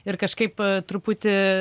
ir kažkaip truputį